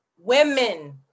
women